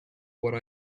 what